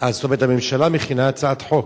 זאת אומרת, הממשלה מכינה הצעת חוק.